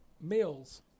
meals